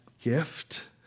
gift